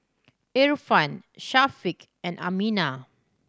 Irfan Syafiq and Aminah